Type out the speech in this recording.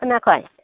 खोनायाखै